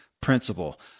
principle